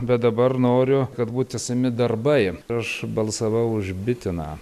bet dabar noriu kad būt tęsiami darbai aš balsavau už bitiną